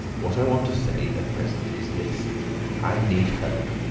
what i want to say at present is this i need help.